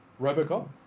Robocop